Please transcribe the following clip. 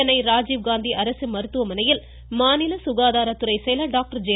சென்னை ராஜீவ்காந்தி அரசு மருத்துவமனையில் மாநில சுகாதாரத்துறை செயலர் டாக்டர் ஜே